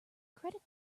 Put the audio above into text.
credit